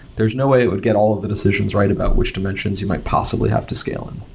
there's no way it would get all of the decisions right about which dimensions you might possibly have to scale in.